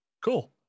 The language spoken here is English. Cool